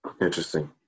Interesting